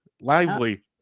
lively